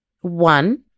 one